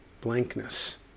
blankness